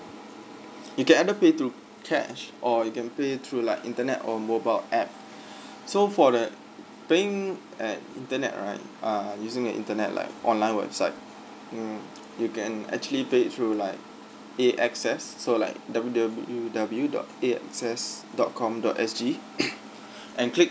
you can either pay through cash or you can pay through like internet or mobile app so for the paying at internet right uh using the internet like online website mm you can actually pay it through like eight access so like W W W dot eight access dot com dot S G and click